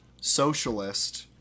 socialist